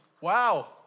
Wow